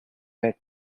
wet